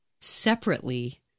separately